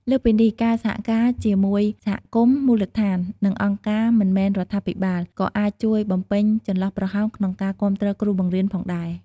លើសពីនេះ ការសហការជាមួយសហគមន៍មូលដ្ឋាន និងអង្គការមិនមែនរដ្ឋាភិបាល ក៏អាចជួយបំពេញចន្លោះប្រហោងក្នុងការគាំទ្រគ្រូបង្រៀនផងដែរ។